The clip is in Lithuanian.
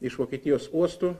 iš vokietijos uostų